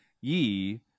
ye